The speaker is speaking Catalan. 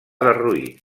derruït